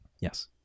yes